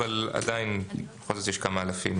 אבל בכל זאת יש כמה אלפים